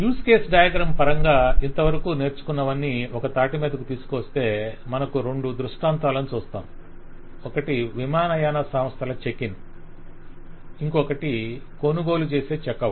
use case diagram పరంగా ఇంతవరకు నేర్చుకున్నవన్నీ ఒకతాటిమీదకు తీసుకువస్తే మనకు రెండు దృష్టాంతాలను చూశాం విమానయాన సంస్థల చెక్ ఇన్ ఇంకొకటి కొనుగోలు చేసే చెక్ అవుట్